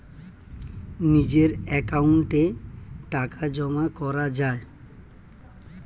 নিজের অ্যাকাউন্টে টাকা জমা করা যায়